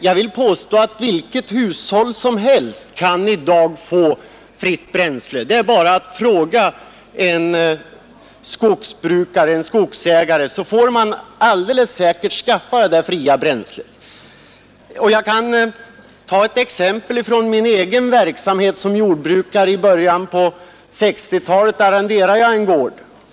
Jag vill påstå att vilket hushåll som helst i dag kan få fritt bränsle — det är bara att fråga en skogsägare, så får man det alldeles säkert. Jag kan ta ett exempel från min egen verksamhet som jordbrukare. I början på 1960-talet arrenderade jag en gård.